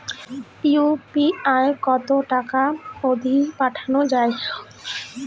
UPI কতো টাকা অব্দি পাঠা যায়?